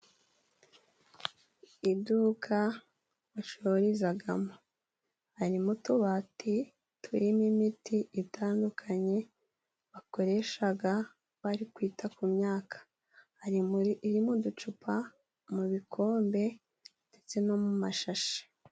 Iduka bacurizamo ,harimo utubati turimo imiti itandukanye bakoresha bari kwita ku myaka ,hari iri mu ducupa ,mu bikombe, ndetse no mu mashashi.